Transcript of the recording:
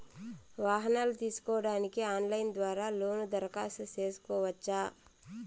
వాహనాలు తీసుకోడానికి ఆన్లైన్ ద్వారా లోను దరఖాస్తు సేసుకోవచ్చా?